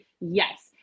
Yes